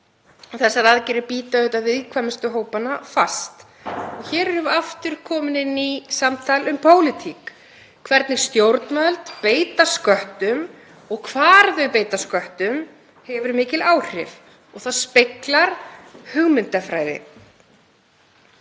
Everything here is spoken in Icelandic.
Þessar aðgerðir bíta auðvitað viðkvæmustu hópana fast. Hér erum við aftur komin í samtal um pólitík. Það hvernig stjórnvöld beita sköttum og hvar þau beita sköttum hefur mikil áhrif og það speglar hugmyndafræði.